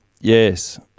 Yes